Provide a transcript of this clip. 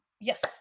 Yes